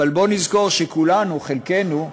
בואו נזכור שכולנו או חלקנו,